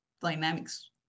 dynamics